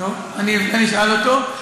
אני אשאל אותו.